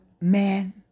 man